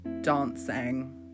dancing